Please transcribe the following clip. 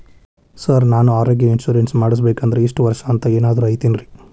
Sir ನಾನು ಆರೋಗ್ಯ insurance ಮಾಡಿಸ್ಬೇಕಂದ್ರೆ ಇಷ್ಟ ವರ್ಷ ಅಂಥ ಏನಾದ್ರು ಐತೇನ್ರೇ?